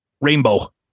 Rainbow